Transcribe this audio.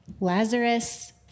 Lazarus